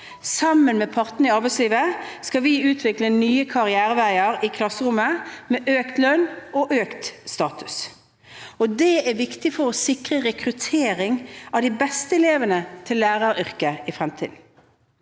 Sammen med partene i arbeidslivet skal vi utvikle nye karriereveier i klasserommet med økt lønn og økt status, og det er viktig for å sikre rekruttering av de beste elevene til læreryrket i fremtiden.